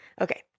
okay